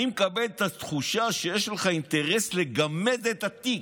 אני מקבל את התחושה שיש לך אינטרס לגמד את התיק,